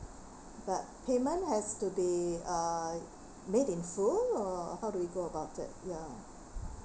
but payment has to be uh made in full or how do we go about it ya